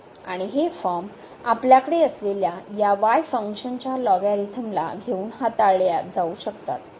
आणि हे फॉर्म आपल्याकडे असलेल्या या y फंक्शनच्या लॉगरिथमला घेऊन हाताळले जाऊ शकतात